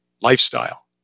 lifestyle